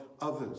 others